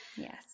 Yes